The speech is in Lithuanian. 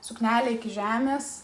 suknelę iki žemės